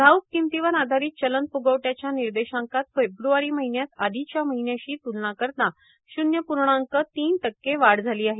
घाऊक किंमतीवर आधारित चलनफुगवट्याच्या निर्देशांकात फेब्रुवारी महिन्यात आधीच्या महिन्याशी त्लना करता शून्य पूर्णांक तीन टक्के वाढ झाली आहे